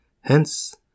hence